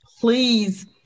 please